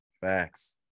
Facts